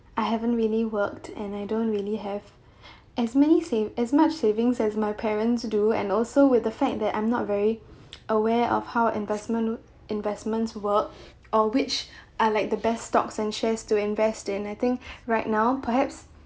I haven't really worked and I don't really have as many same as much savings as my parents do and also with the fact that I'm not very aware of how investment investments work or which are like the best stocks and shares to invest in I think right now perhaps